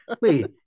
Wait